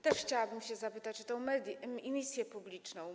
Też chciałabym się zapytać o tę misję publiczną.